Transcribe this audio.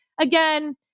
Again